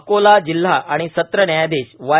अकोला जिल्हा आणि सत्र न्यायाधीश वाय